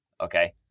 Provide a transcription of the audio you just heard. okay